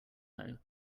know